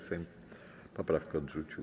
Sejm poprawkę odrzucił.